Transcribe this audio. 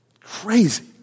Crazy